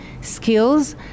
skills